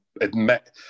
admit